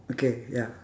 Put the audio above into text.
okay ya